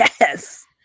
Yes